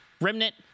remnant